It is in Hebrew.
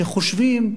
שחושבים,